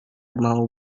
mau